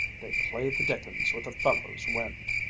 they play the dickens with a fellow's wind.